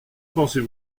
pensez